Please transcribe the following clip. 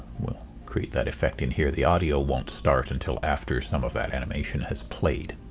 we'll create that effect and hear the audio won't start until after some of that animation has played.